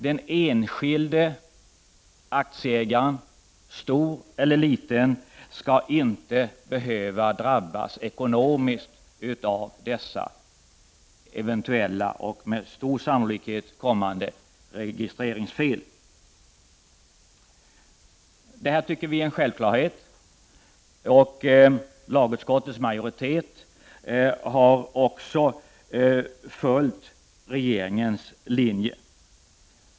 Den enskilde aktieägaren, stor eller liten, skall inte behöva drabbas ekonomiskt av dessa eventuella, men med stor sannolikhet kommande registreringsfel. Det tycker vi är en självklarhet. Lagutskottets majoritet har också följt regeringens linje.